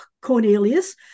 Cornelius